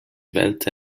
wählte